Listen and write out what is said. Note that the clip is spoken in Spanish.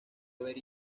haber